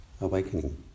awakening